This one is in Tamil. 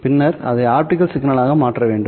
பின்னர் அதை ஆப்டிகல் சிக்னலாக மாற்ற வேண்டும்